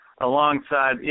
alongside